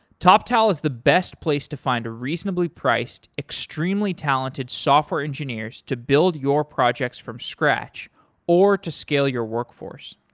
toptal is the best place to find reasonably priced, extremely talented software engineers to build your projects from scratch or to skill your workforce.